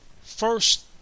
first